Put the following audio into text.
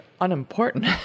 unimportant